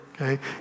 okay